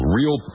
real